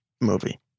movie